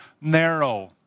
narrow